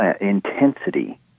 intensity